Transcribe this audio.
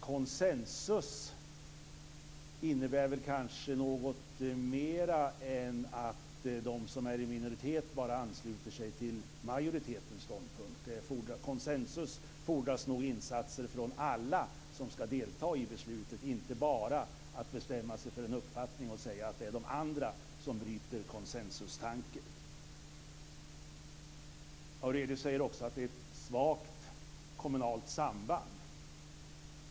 Konsensus innebär kanske något mer än att de som är i minoritet bara ansluter sig till majoritetens ståndpunkt. För att konsensus ska uppnås fordras nog insatser från alla som ska delta i beslutet. Det handlar inte bara om att bestämma sig för en uppfattning och säga att det är de andra som bryter konsensustanken. Nils Fredrik Aurelius säger också att det kommunala sambandet är svagt.